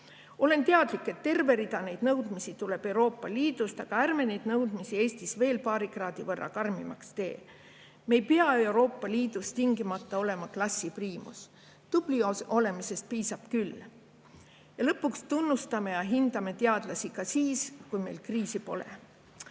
Olen teadlik, et terve rida neid nõudmisi tuleb Euroopa Liidust, aga ärme neid nõudmisi Eestis veel paari kraadi võrra karmimaks teeme. Me ei pea ju Euroopa Liidus tingimata olema klassi priimus, tubli olemisest piisab küll. Ja lõpuks, tunnustame ja hindame teadlasi ka siis, kui meil kriisi pole. Ja